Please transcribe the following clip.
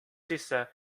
sisse